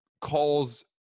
calls